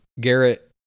Garrett